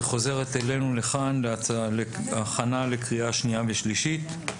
היא חוזרת אלינו לכאן להכנה לקריאה שנייה ושלישית.